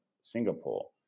Singapore